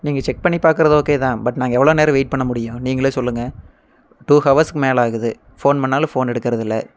நீங்கள் செக் பண்ணி பார்க்கறது ஓகே தான் பட் நாங்கள் எவ்வளோ நேரம் வெய்ட் பண்ண முடியும் நீங்களே சொல்லுங்கள் டூ ஹவர்ஸ்க்கு மேலே ஆகுது ஃபோன் பண்ணாலும் ஃபோன் எடுக்கறதில்லை